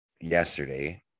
yesterday